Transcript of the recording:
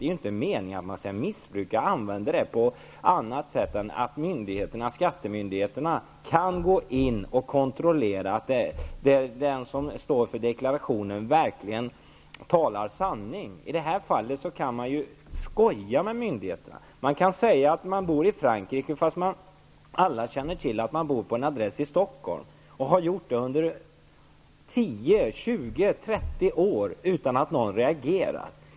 Det är inte meningen att man skall missbruka registret och använda det på annat sätt än för att skattemyndigheterna skall kunna gå in och kontrollera att den som står för deklarationen verkligen talar sanning. Som det nu är, kan man skoja med myndigheterna. Man kan säga att man bor i Frankrike, fast alla känner till att man bor på en adress i Stockholm och har gjort det under tio, tjugo eller trettio år utan att någon reagerar.